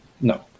no